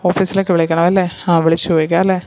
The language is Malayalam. ഓഫിസിലേക്ക് വിളിക്കണം അല്ലേ വിളിച്ചു ചോദിക്കാം അല്ലേ